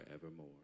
forevermore